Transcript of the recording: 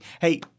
Hey